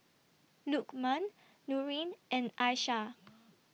Lukman Nurin and Aishah